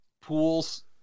pools